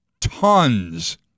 tons